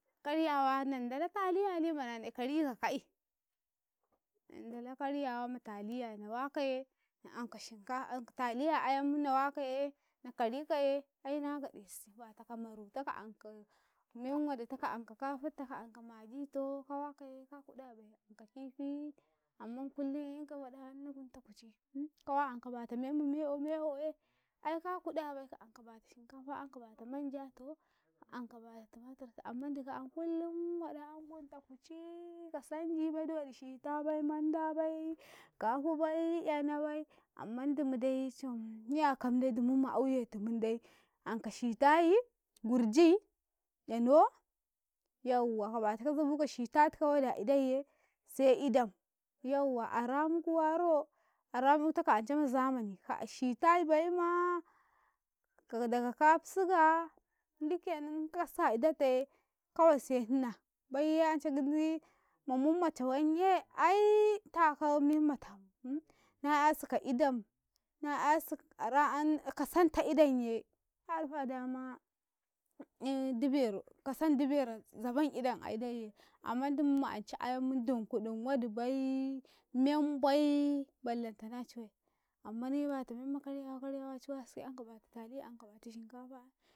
Karyawa nan ndala taliya ne mana na karyi ka ka'i nan ndala karyawa ma taliya na wakaye ka anka shinka anka taliya ayam na wakaye na karyikaye aina gaɗesi bata ka maru ta ka anka menwadi ti ka to ka anka kafitto, magito, ka wakaye ka kuɗa bai anka kihi, amman kullum"yanka waɗa anna gunta kuci ka wa anka bata memma me`o me`o aika kuɗabai ka anka bata shinkafa an ka bata manjato ka anka bata tumatur to amman duka an kullun waɗa an gunta kucii ka sanjibai do wodi shitabai, manda bai kafi bai 'yanabai amman dumu dai ma auye tumun dai anka shitayi, gurjiyi, 'yano, yawwa ka bata ka zabuka shita tuka wadi a idaiye se idam yawwa aram kuwa ro, aram eutaka anca ma zamani ka shita baima ka daga kafi siga shikenam ka kaska idataye kawai se hinna baiyye ance gidi mamumma cawan ye ai taka memmatan na'yasi ka idam na 'yasi kaara am kasanta idam ye ka dafa dama iy diberau kasan diberau zaban idan a idaiye amman dumu ma ancai ayam dunkudum wadi bai membai ballatana ciwe ammani bata memma karyawa karyawa yi ci wa wasikaye anka bata ta taliya anka bata shinkafa.